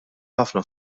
ħafna